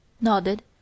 nodded